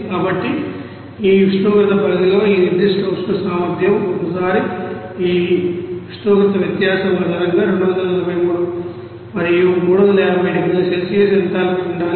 కాబట్టి ఈ ఉష్ణోగ్రత పరిధిలో ఈ నిర్దిష్ట ఉష్ణ సామర్థ్యం ఒకసారి ఈ ఉష్ణోగ్రత వ్యత్యాసం ఆధారంగా 243 మరియు 350 డిగ్రీల సెల్సియస్ ఎంథాల్పీ ఉండాలి